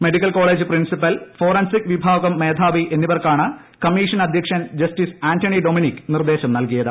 medical college principal forensic വിഭാഗം മേധാവി എന്നി വർക്കാണ് കമ്മീഷൻ അദ്ധ്യക്ഷൻ ജസ്റ്റിസ് ആൻൻണി ഡൊമിനിക് നിർദേശം നൽകിയത്